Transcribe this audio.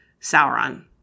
Sauron